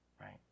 Right